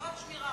חברת שמירה,